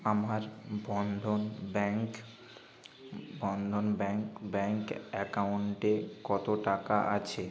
আমার Bandhan bank Bandhan bank bank অ্যাকাউন্টে কত টাকা আছে